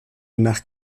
nach